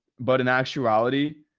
but in actuality,